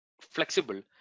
flexible